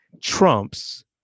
trumps